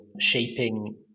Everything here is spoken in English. shaping